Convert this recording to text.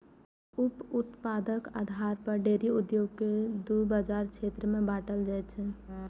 उप उत्पादक आधार पर डेयरी उद्योग कें दू बाजार क्षेत्र मे बांटल जाइ छै